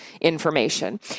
information